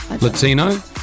Latino